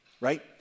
Right